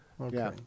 Okay